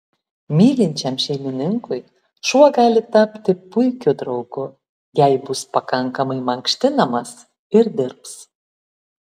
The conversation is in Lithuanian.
mylinčiam šeimininkui šuo gali tapti puikiu draugu jei bus pakankamai mankštinamas ir dirbs